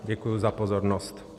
Děkuji za pozornost.